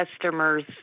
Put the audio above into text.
customers